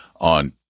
on